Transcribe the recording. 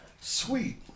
Sweet